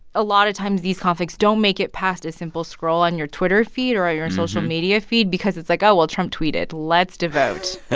a lot of times, these conflicts don't make it past a simple scroll on your twitter feed or your social media feed because it's like, oh, well, trump tweeted. let's devote.